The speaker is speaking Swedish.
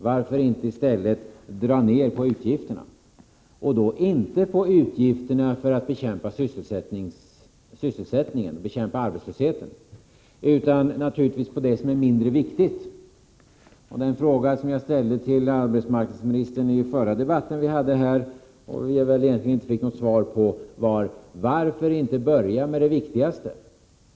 Varför inte dra ner på utgifterna i stället? Jag menar då inte utgifterna för att bekämpa arbetslösheten, utan naturligtvis utgifterna för sådant som är mindre viktigt. Jag ställde en liknande fråga till arbetsmarknadsministern i den förra debatten vi hade här i riksdagen, en fråga som jag egentligen inte fick något svar på. Jag frågade: Varför inte börja med det viktigaste?